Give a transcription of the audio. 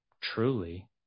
truly